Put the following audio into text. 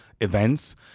events